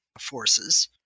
forces